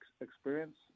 experience